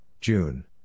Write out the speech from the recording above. June